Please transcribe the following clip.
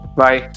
bye